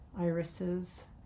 irises